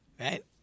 Right